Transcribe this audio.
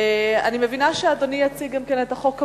אני מבינה שאדוני יציג גם את החוק הבא,